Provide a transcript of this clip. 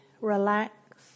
relax